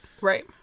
Right